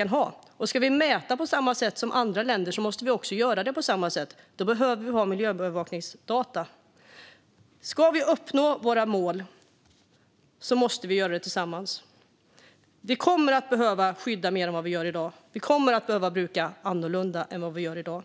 Om vi ska mäta som andra länder måste vi också göra det på samma sätt, och då behöver vi ha miljöövervakningsdata. Om vi ska uppnå våra mål måste vi göra det tillsammans. Vi kommer att behöva skydda mer än vi gör i dag. Vi kommer att behöva bruka annorlunda än vi gör i dag. I